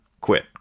quit